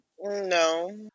No